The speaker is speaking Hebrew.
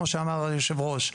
כמו שאמר יושב הראש,